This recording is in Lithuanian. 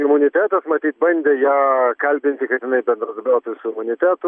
imunitetas matyt bandė ją kalbinti kad jinai bendradarbiautų su imunitetu